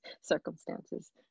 circumstances